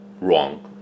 wrong